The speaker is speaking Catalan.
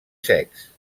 secs